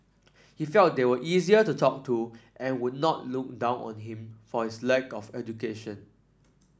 he felt they were easier to talk to and would not look down on him for his lack of education